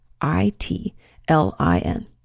I-T-L-I-N